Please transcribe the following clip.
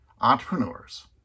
entrepreneurs